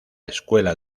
escuela